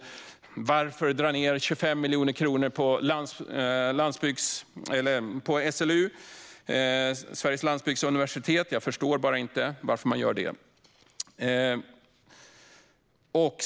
Och varför dra ned 25 miljoner kronor på SLU, Sveriges lantbruksuniversitet? Jag förstår bara inte varför man gör det.